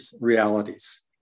realities